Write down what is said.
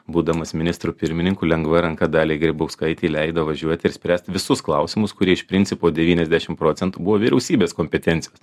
būdamas ministru pirmininku lengva ranka daliai grybauskaitei leido važiuoti ir spręsti visus klausimus kurie iš principo devyniasdešim procentų buvo vyriausybės kompetencijos